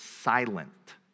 silent